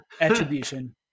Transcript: attribution